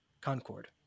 Concord